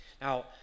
Now